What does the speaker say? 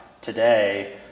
today